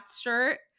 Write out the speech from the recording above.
shirt